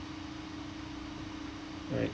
alright